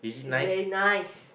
it's very nice